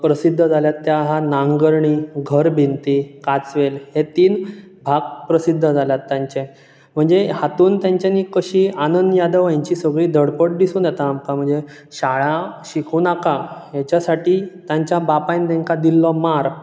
प्रसिद्द जाल्यात तें आहात नांगरणे घर भिंती कांचवेल हे तीन भाग प्रसिद्ध जाल्यात तांचे म्हणजे हांतून तेंच्यानी अशी आनंन यादव हेंची सगळी धडपड दिसून येता आमकां म्हणजे शाळा शिकूनाका हेच्या साठी तांच्या बापायन तेंकां दिल्लो मार